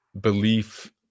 belief